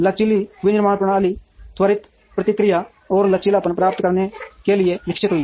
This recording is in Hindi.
लचीली विनिर्माण प्रणाली त्वरित प्रतिक्रिया और लचीलापन प्राप्त करने के लिए विकसित हुई